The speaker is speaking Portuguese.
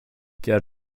quer